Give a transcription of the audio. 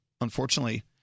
unfortunately